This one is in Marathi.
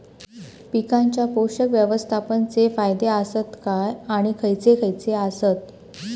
पीकांच्या पोषक व्यवस्थापन चे फायदे आसत काय आणि खैयचे खैयचे आसत?